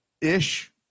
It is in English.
Ish